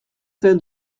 zen